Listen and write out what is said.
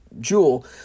Jewel